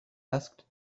asked